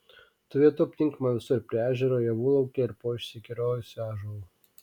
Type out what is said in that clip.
tų vietų aptinkama visur prie ežero javų lauke ir po išsikerojusiu ąžuolu